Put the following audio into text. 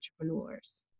entrepreneurs